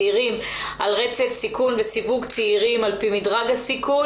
צעירים בישראל על רצף סיכון וסיווג צעירים על מדרג הסיכון.